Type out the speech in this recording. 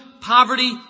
poverty